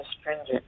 stringent